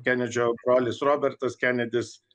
kenedžio brolis robertas kenedis